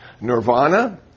Nirvana